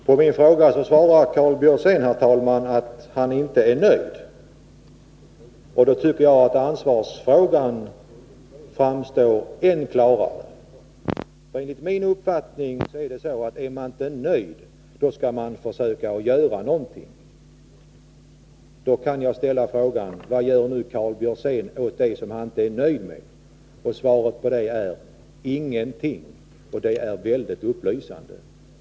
Herr talman! På min fråga svarade Karl Björzén att han inte är nöjd, och därmed framstår ansvarsfrågan än klarare. Enligt min uppfattning är det så, att om man inte är nöjd skall man försöka göra någonting. Då kan jag ställa frågan: Vad gör nu Karl Björzén åt det som han inte är nöjd med? Svaret är: Ingenting. Detta är mycket upplysande.